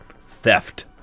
theft